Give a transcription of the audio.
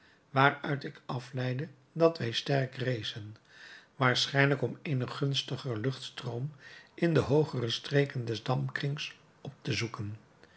waaruit ik afleidde dat wij sterk rezen waarschijnlijk om eenen gunstigeren luchtstroom in de hoogere streken des dampkrings op te zoeken